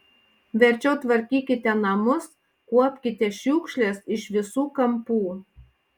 verčiau tvarkykite namus kuopkite šiukšles iš visų kampų